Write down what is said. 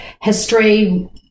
history